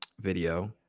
video